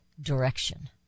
direction